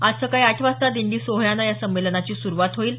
आज सकाळी आठ वाजता दिंडी सोहळ्यानं या संमेलनाची सुरूवात होईल